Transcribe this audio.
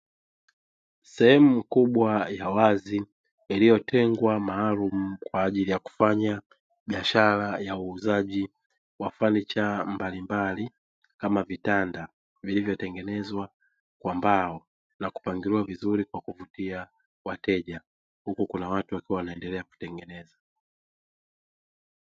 Sehemu kubwa ya wazi iliyotengwa maalumu kwaajili ya kufanya biashara ya uuzaji wa fanicha mbalimbali, kama vitanda vilivyotengenezwa kwa mbao na kupangiliwa vizuri kwa kuvutia wateja huku kuna watu wakiwa wanaendelea kutengeneza.